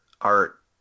art